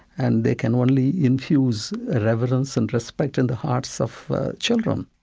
and they can only infuse ah reverence and respect in the hearts of children